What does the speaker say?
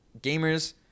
Gamers